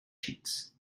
sheets